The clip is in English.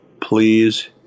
please